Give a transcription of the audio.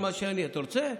אתה רוצה?